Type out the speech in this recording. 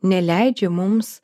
neleidžia mums